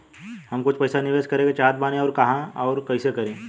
हम कुछ पइसा निवेश करे के चाहत बानी और कहाँअउर कइसे करी?